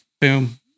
Boom